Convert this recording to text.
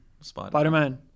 Spider-Man